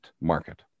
market